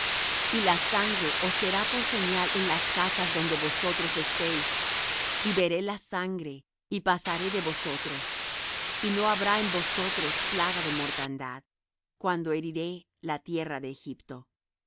y la sangre os será por señal en las casas donde vosotros estéis y veré la sangre y pasaré de vosotros y no habrá en vosotros plaga de mortandad cuando heriré la tierra de egipto